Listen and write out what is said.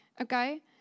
Okay